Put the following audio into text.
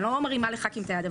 אני לא מרימה לח"כים את היד.